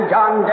John